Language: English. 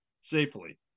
safely